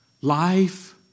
Life